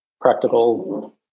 Practical